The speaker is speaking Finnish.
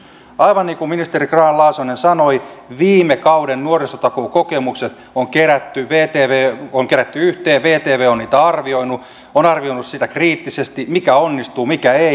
aivan niin kuin ministeri grahn laasonen sanoi viime kauden nuorisotakuukokemukset on kerätty yhteen vtv on niitä arvioinut on arvioinut sitä kriittisesti mikä onnistuu mikä ei